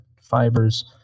fibers